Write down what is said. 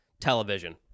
television